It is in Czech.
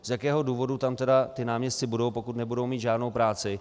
Z jakého důvodu tam ti náměstci budou, pokud nebudou mít žádnou práci?